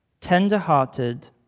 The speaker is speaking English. tender-hearted